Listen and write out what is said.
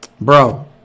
Bro